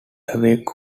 awake